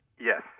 yes